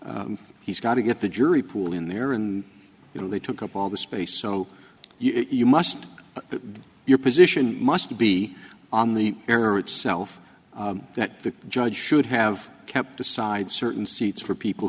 he's got to get the jury pool in there and you know they took up all the space so you must your position must be on the air itself that the judge should have kept aside certain seats for people